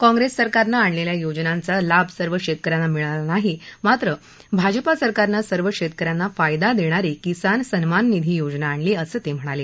काँग्रेस सरकारनं आणलेल्या योजनांचा लाभ सर्व शेतक यांना मिळाल नाही मात्र भाजपा सरकारनं सर्व शेतक यांना फायदा देणारी किसान सन्मान निधी योजना आणली असं ते म्हणाले